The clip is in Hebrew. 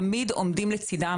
תמיד עומדים לצידם.